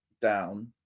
down